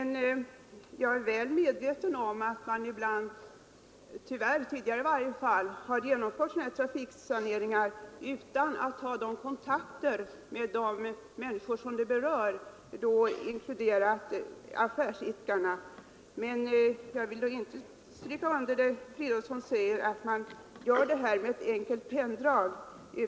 Jag är dock väl medveten om att man ibland — i varje fall tidigare — tyvärr genomfört trafiksaneringar utan att ta kontakter med de människor som berörs, inklusive affärsidkarna. Men jag vill inte hålla med herr Fridolfsson om att man förändrar situationen med ett enkelt penndrag.